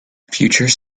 future